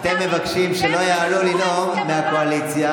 אתם מבקשים שלא יעלו לנאום מהקואליציה